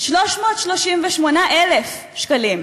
338,000 שקלים,